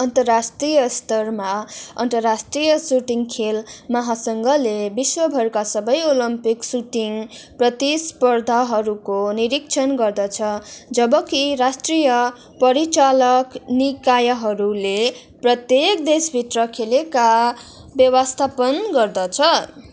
अन्तराष्ट्रिय स्तरमा अन्तराष्ट्रिय सुटिङ खेल महासङ्घले विश्वभरका सबै ओलम्पिक सुटिङ प्रतिस्पर्धाहरूको निरीक्षण गर्दछ जब कि राष्ट्रिय परिचालक निकायहरूले प्रत्येक देशभित्र खेलेका व्यवस्थापन गर्दछ